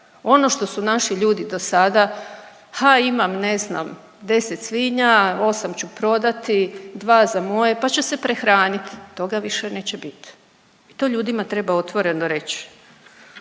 Ono što su naši ljudi do sada, ha imam ne znam 10 svinja, 8 ću prodati, 2 za moje pa ću se prehraniti toga više neće bit i to ljudima treba otvoreno reći.